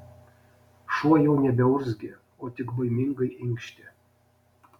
šuo jau nebeurzgė o tik baimingai inkštė